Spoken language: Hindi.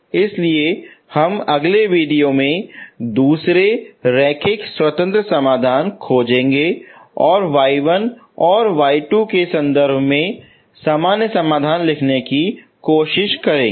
इसलिए हम अगले वीडियो में दूसरा रैखिक स्वतंत्र समाधान खोजेंगे और y1 और y1 के संदर्भ में सामान्य समाधान लिखने की कोशिश करेंगे